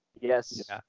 Yes